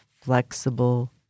flexible